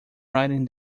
writing